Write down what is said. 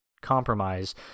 compromise